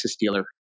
dealer